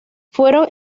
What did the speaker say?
fueron